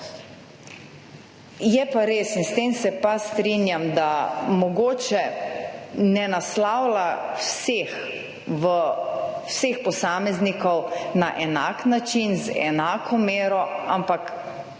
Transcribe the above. Je pa res, in s tem se pa strinjam, da mogoče ne naslavlja vseh posameznikov na enak način z enako mero, ampak